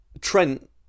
trent